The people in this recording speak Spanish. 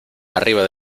arriba